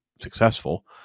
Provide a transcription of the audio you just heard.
successful